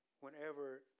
whenever